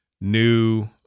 new